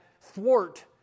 thwart